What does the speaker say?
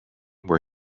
where